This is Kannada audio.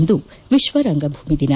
ಇಂದು ವಿಶ್ವ ರಂಗಭೂಮಿ ದಿನ